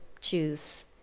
choose